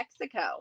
Mexico